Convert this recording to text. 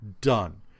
done